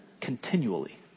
continually